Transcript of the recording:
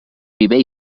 viver